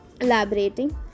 Elaborating